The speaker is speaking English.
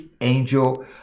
angel